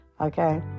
okay